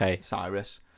Cyrus